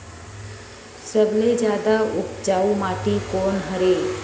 सबले जादा उपजाऊ माटी कोन हरे?